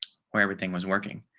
where everything was working.